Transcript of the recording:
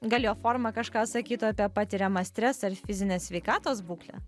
gal jo forma kažką sakytų apie patiriamą stresą ar fizinę sveikatos būklę